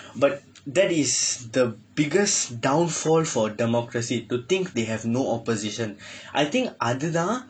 but that is the biggest downfall for democracy to think they have no opposition I think அது தான்:athu thaan